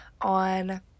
on